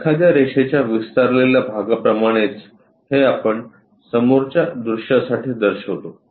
एखाद्या रेषेच्या विस्तारलेल्या भागाप्रमाणेच हे आपण समोरच्या दृश्यासाठी दर्शवितो